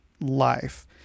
life